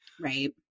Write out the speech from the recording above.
Right